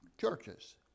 churches